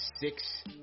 six